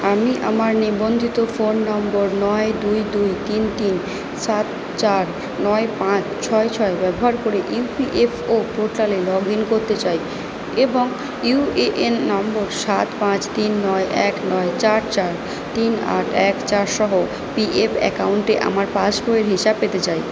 আমি আমার নিবন্ধিত ফোন নম্বর নয় দুই দুই তিন তিন সাত চার নয় পাঁচ ছয় ছয় ব্যবহার করে ইউপিএফও পোর্টালে লগ ইন করতে চাই এবং ইউএএন নম্বর সাত পাঁচ তিন নয় এক নয় চার চার তিন আট এক চার সহ পিএফ অ্যাকাউন্টে আমার পাস বইয়ের হিসাব পেতে চাই